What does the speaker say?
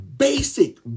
Basic